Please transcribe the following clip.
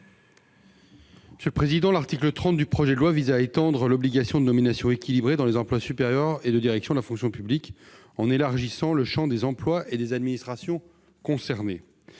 commission ? L'article 30 du projet de loi vise à étendre l'obligation de nominations équilibrées dans les emplois supérieurs et de direction de la fonction publique en élargissant le champ des emplois et des administrations concernées.